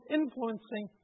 influencing